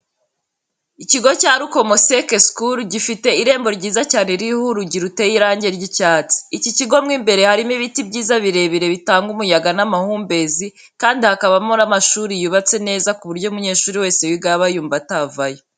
Ikigo cya Rukomo Sec School gifite irembo ryiza cyane ririho urugi ruteye irangi ry'icyatsi. Iki kigo mu imbere harimo ibiti byiza birebire bitanga umuyaga n'amahumbezi kandi hakabamo n'amashuri yubatse neza ku buryo umunyeshuri wese wigayo aba yumva atavayo.